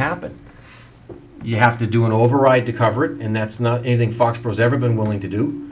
happen you have to do an override to coverage and that's not anything fox was ever been willing to do